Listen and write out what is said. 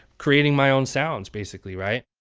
creating my own sounds, basically, right?